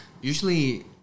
usually